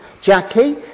Jackie